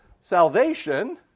salvation